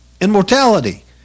Immortality